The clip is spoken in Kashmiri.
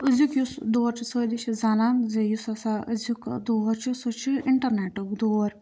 أزیُک یُس دور چھُ سٲری چھِ زَنان زِ یُس ہَسا أزیُک دور چھُ سُہ چھُ اِنٹَرنیٚٹُک دور